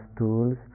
tools